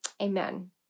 Amen